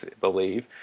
believe